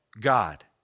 God